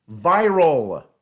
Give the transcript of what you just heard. viral